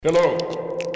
Hello